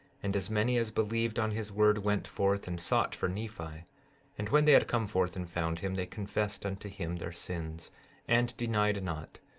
and as many as believed on his word went forth and sought for nephi and when they had come forth and found him they confessed unto him their sins and denied not,